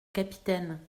capitaine